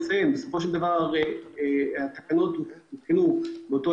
בסופו של דבר התקנות הותקנו באותו